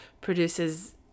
produces